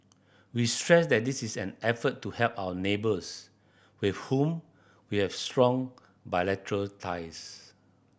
we stress that this is an effort to help our neighbours with whom we have strong bilateral ties